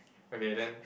okay then